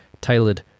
tailored